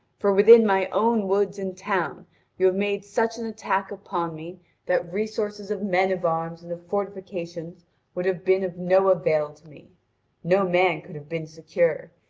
for within my own woods and town you have made such an attack upon me that resources of men of arms and of fortifications would have been of no avail to me no man could have been secure,